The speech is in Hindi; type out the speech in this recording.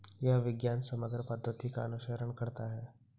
यह विज्ञान समग्र पद्धति का अनुसरण करता है